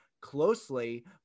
closely